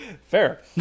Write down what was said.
Fair